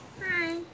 Hi